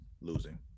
losing